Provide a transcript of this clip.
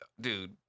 Dude